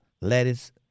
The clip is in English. lettuce